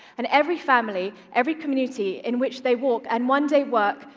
and every family, every community in which they walk and, one day, work,